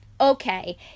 Okay